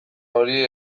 hori